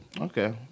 Okay